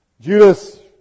Judas